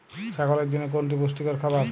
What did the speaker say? ছাগলের জন্য কোনটি পুষ্টিকর খাবার?